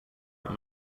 out